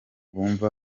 bumva